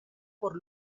por